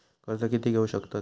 कर्ज कीती घेऊ शकतत?